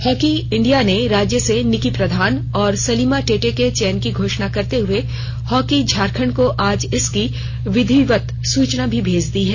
hockey India ने राज्य से निक्की प्रधान और सलीमा टेटे के चयन की घोषणा करते हुए हॉकी झारखंड को आज इसकी विधिवत सूचना भी भेज दी है